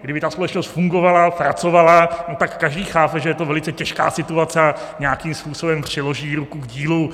Kdyby ta společnost fungovala, pracovala, tak každý chápe, že je to velice těžká situace a nějakým způsobem přiloží ruku k dílu.